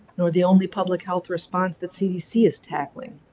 nor the only public health response that cdc is tackling.